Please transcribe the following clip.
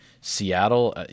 Seattle